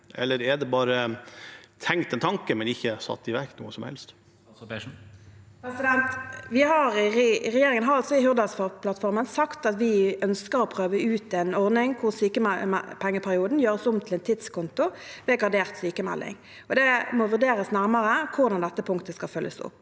eller er det bare tenkte tanker, men ikke satt i verk noe som helst? Statsråd Marte Mjøs Persen Regjerin- gen har i Hurdalsplattformen sagt at vi ønsker å prøve ut en ordning hvor sykepengeperioden gjøres om til en tidskonto ved gradert sykmelding. Det må vurderes nærmere hvordan dette punktet skal følges opp.